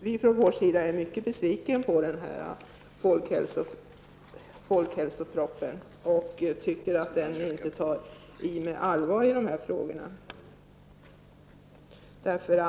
Vi är mycket besvikna på folkhälsopropositionen och tycker att den inte tar i på allvar med de här frågorna.